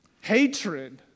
hatred